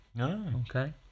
Okay